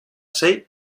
sei